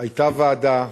היתה ועדה,